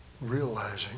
Realizing